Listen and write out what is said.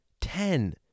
ten